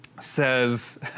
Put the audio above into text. says